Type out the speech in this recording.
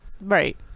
Right